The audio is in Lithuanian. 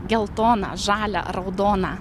geltoną žalią raudoną